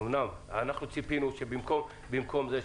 אמנם אנחנו ציפינו במקום זה,